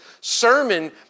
sermon